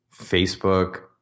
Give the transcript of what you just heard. facebook